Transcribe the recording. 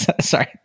Sorry